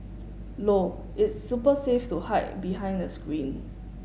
low its super safe to hide behind a screen